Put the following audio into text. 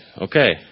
Okay